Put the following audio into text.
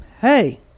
Hey